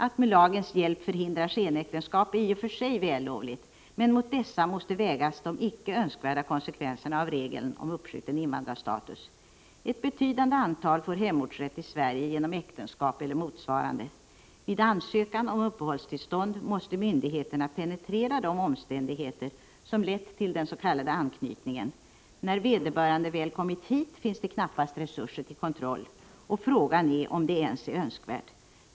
Att med lagens hjälp förhindra skenäktenskap är i och för sig vällovligt, men mot detta måste vägas de icke önskvärda konsekvenserna av regeln om uppskjuten invandrarstatus. Ett betydande antal får hemortsrätt i Sverige genom äktenskap eller motsvarande. Vid ansökan om uppehållstillstånd måste myndigheterna penetrera de omständigheter som lett till den s.k. anknytningen. När vederbörande väl har kommit hit finns det knappast resurser till kontroll, och frågan är om det ens är önskvärt.